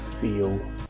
feel